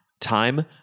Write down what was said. time